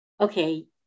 Okay